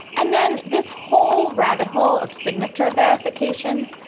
and then this whole rabbit hole of signature verification.